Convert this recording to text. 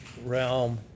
realm